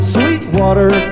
Sweetwater